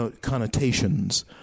connotations